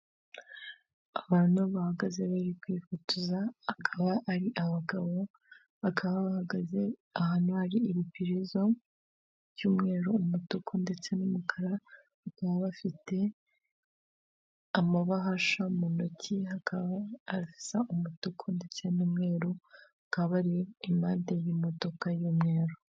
Abantu bahagaze bari kwifotozaba, bakaba ari abagabo bahagaze ahantu hari ibipirizo by'umweru, umutuku ndetse n'umukara, bakaba bafite amabahasha mu ntokika asa umutuku ndetse n'umweru, bakaba bari impade y'imodoka y'umweru.